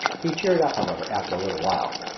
he cheered up, however, after a little while.